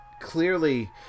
Clearly